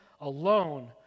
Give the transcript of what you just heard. alone